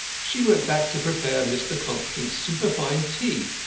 she went back to prepare mr. constant's superfine tea,